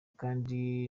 kandi